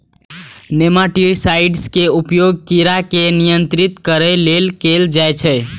nematicides के उपयोग कीड़ा के नियंत्रित करै लेल कैल जाइ छै